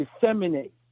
disseminate